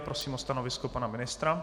Prosím o stanovisko pana ministra.